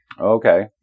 Okay